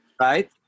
right